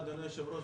אדוני היושב-ראש,